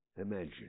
imagine